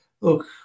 Look